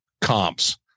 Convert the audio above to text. comps